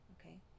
Okay